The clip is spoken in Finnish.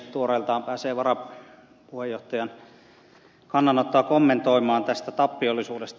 tuoreeltaan pääsee varapuheenjohtajan kannanottoa kommentoimaan tästä tappiollisuudesta